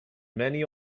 many